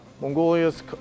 Mongolia's